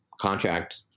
contract